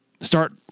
start